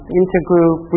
intergroup